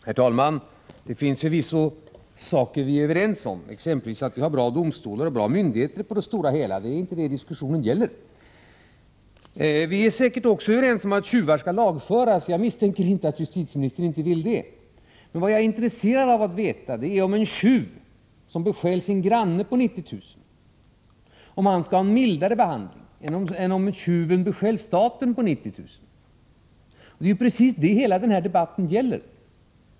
Herr talman! Det finns förvisso saker som vi är överens om, exempelvis att vi har bra domstolar och bra myndigheter på det stora hela taget. Det är inte det diskussionen gäller. Vi är säkert också överens om att tjuvar skall lagföras. Jag misstänker inte att justitieministern inte vill det. Men vad jag är intresserad av att få veta är om en tjuv som bestjäl sin granne på 90 000 kr. skall ha en mildare behandling än en tjuv som bestjäl staten på 90 000 kr. Det är det som hela den här debatten gäller.